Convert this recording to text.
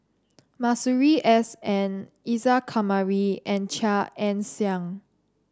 Masuri S N Isa Kamari and Chia Ann Siang